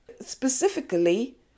Specifically